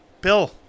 Bill